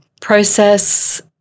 process